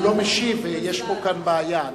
הוא לא משיב, יש כאן בעיה.